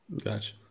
Gotcha